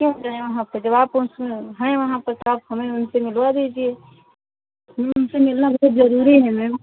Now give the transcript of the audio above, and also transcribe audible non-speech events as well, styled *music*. क्यों जाएँ वहाँ पर जब आप *unintelligible* हैं वहाँ पर तो आप हमें उनसे मिलवा दीजिए हमें उनसे मिलना बहुत जरूरी है मैम